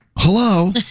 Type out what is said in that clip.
Hello